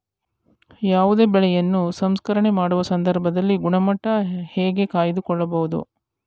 ಯಾವುದೇ ಬೆಳೆಯನ್ನು ಸಂಸ್ಕರಣೆ ಮಾಡುವ ಸಂದರ್ಭದಲ್ಲಿ ಗುಣಮಟ್ಟ ಹೇಗೆ ಕಾಯ್ದು ಕೊಳ್ಳಬಹುದು?